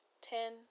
ten